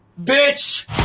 Bitch